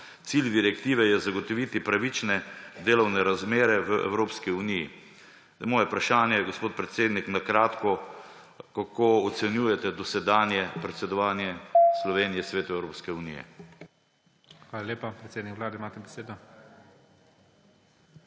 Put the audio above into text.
Cilj direktive je zagotoviti pravične delovne razmere v Evropski uniji. Moje vprašanje, gospod predsednik, je na kratko: Kako ocenjujete dosedanje predsedovanje Slovenije Svetu Evropske unije? **PREDSEDNIK IGOR ZORČIČ:** Hvala lepa. Predsednik vlade, imate besedo.